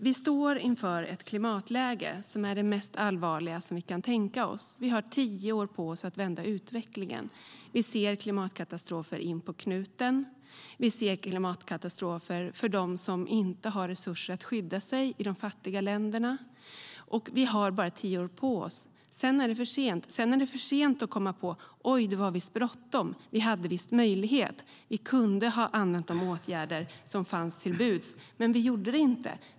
Vi står inför ett klimatläge som är det mest allvarliga vi kan tänka oss. Vi har tio år på oss att vända utvecklingen. Vi ser klimatkatastrofer in på knuten. Vi ser klimatkatastrofer för dem som inte har resurser att skydda sig i de fattiga länderna. Vi har bara tio år på oss. Sedan är det för sent att komma på att vi hade möjlighet att vidta de åtgärder som stod till buds - oj, det var visst bråttom, men vi gjorde det inte!